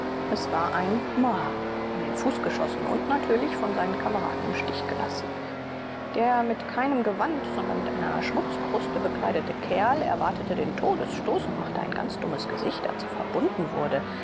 es war ein mha in den fuß geschossen und natürlich von seinen kameraden im stich gelassen der mit keinem gewand sondern mit einer schmutzkruste bekleidete kerl erwartete den todesstoß und machte ein ganz dummes gesicht als er verbunden wurde